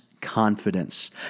confidence